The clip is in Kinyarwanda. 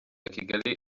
kigali